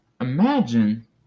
Imagine